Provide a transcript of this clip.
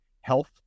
health